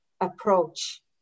approach